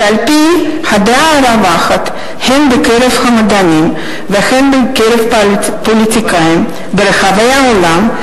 שעל-פי הדעה הרווחת הן בקרב המדענים והן בקרב הפוליטיקאים ברחבי העולם,